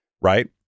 right